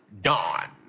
Dawn